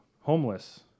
homeless